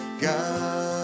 God